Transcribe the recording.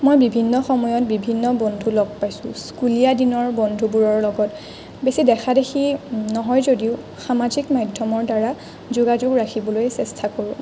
মই বিভিন্ন সময়ত বিভিন্ন বন্ধু লগ পাইছোঁ স্কুলীয়া দিনৰ বন্ধুবোৰৰ লগত বেছি দেখাদেখি নহয় যদিও সামাজিক মাধ্যমৰ দ্বাৰা যোগাযোগ ৰাখিবলৈ চেষ্টা কৰোঁ